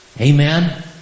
Amen